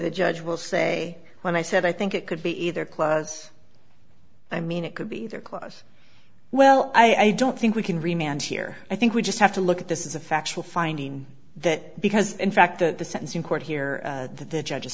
the judge will say when i said i think it could be either close i mean it could be either close well i don't think we can remain and here i think we just have to look at this is a factual finding that because in fact the the sense in court here that the judge